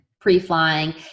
pre-flying